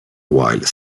while